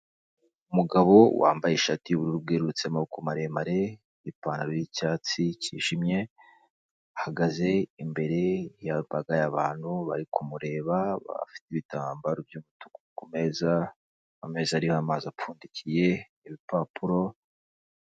Umugabo wambaye ishati y'ubururu bwererutse y'amaboko maremare, ipantaro y'icyatsi cyijimye, ahagaze imbere y'imbaga y'abantu bari kumureba, bafite ibitambaro by'umutuku ku meza, ameza ariho amazi apfundikiye, ibipapuro.